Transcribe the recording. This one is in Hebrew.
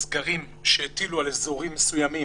הסגרים שהטילו על אזורים מסוימים,